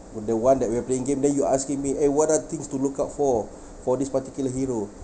when the one that we are playing game then you asking me eh what are things to look out for for this particular hero